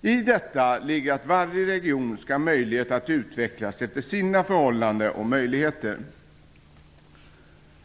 I detta ligger att varje region skall ha möjlighet att utvecklas efter sina förhållanden och möjligheter.